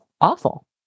awful